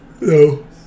No